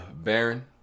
Baron